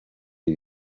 ibi